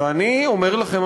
ואני אומר לכם,